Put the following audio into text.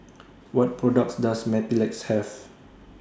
What products Does Mepilex Have